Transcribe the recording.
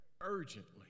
urgently